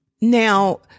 Now